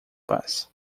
paz